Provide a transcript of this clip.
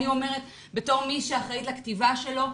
אני אומרת כמי שאחראית לכתיבה שלו,